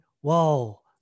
whoa